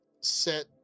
set